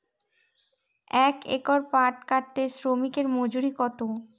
এক একর পাট কাটতে শ্রমিকের মজুরি কত?